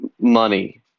money